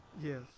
Yes